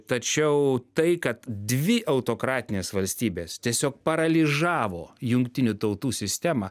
tačiau tai kad dvi autokratinės valstybės tiesiog paralyžavo jungtinių tautų sistemą